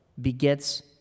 begets